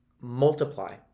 multiply